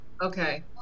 Okay